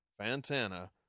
Fantana